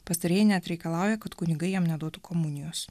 pastarieji net reikalauja kad kunigai jam neduotų komunijos